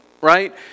right